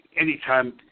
anytime